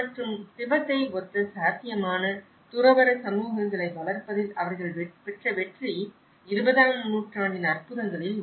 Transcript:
மற்றும் திபெத்தை ஒத்த சாத்தியமான துறவற சமூகங்களை வளர்ப்பதில் அவர்கள் பெற்ற வெற்றி 20 ஆம் நூற்றாண்டின் அற்புதங்களில் ஒன்று